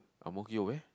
ang-mo-kio where